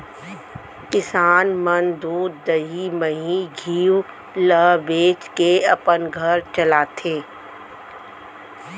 किसान मन दूद, दही, मही, घींव ल बेचके अपन घर चलाथें